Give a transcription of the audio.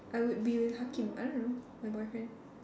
I would be with Hakim I don't know my boyfriend